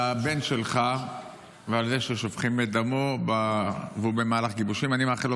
דיברת קודם על הבן שלך ועל זה ששופכים את דמו והוא במהלך גיבושים.